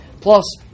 Plus